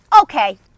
Okay